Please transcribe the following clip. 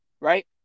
right